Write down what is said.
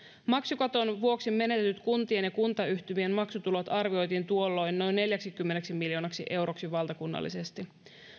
maksukaton vuoksi menetetyt kuntien ja kuntayhtymien maksutulot arvioitiin tuolloin noin neljäksikymmeneksi miljoonaksi euroksi valtakunnallisesti